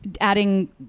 adding